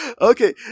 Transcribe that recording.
Okay